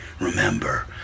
Remember